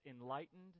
enlightened